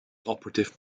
operative